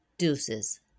deuces